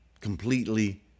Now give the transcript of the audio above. Completely